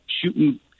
shooting